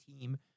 team